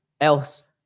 else